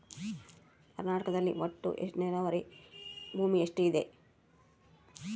ಕರ್ನಾಟಕದಲ್ಲಿ ಒಟ್ಟು ನೇರಾವರಿ ಭೂಮಿ ಎಷ್ಟು ಇದೆ?